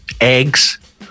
Eggs